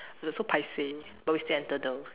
so paiseh but we still enter though